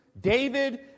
David